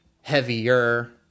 heavier